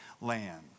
land